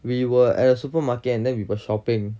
we were at a supermarket and then we were shopping